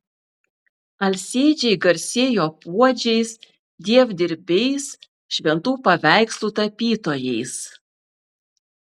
alsėdžiai garsėjo puodžiais dievdirbiais šventų paveikslų tapytojais